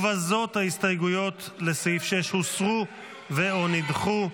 ובזאת ההסתייגויות לסעיף 6 הוסרו ו/או נדחו.